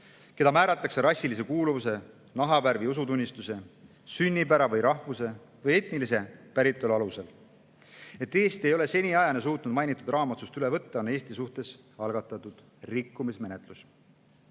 keda määratletakse rassilise kuuluvuse, nahavärvi, usutunnistuse, sünnipära või rahvuse või etnilise päritolu alusel. Kuna Eesti ei ole seniajani suutnud mainitud raamotsust üle võtta, on Eesti suhtes algatatud rikkumismenetlus.